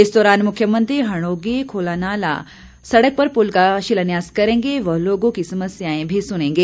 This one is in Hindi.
इस दौरान मुख्यमंत्री हणोगी खोलानाला सड़क पर पुल का शिलान्यास करेंगे व लोगों की समस्याएं भी सुनेंगे